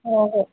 हो